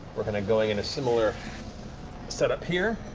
we're going going in a similar set-up here.